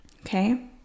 Okay